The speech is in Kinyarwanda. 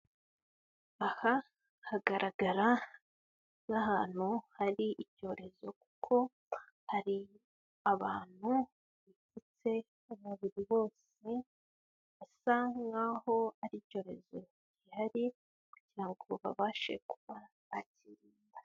Aha hagaragara nk'ahantu hari icyorezo kuko hari abantu bipfutse umubiri wose basa nk'aho ari icyorezo gihari kugirango ngo babashe kuba bakirinda.